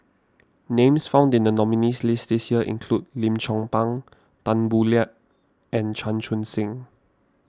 names found in the nominees' list this year include Lim Chong Pang Tan Boo Liat and Chan Chun Sing